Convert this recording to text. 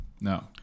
No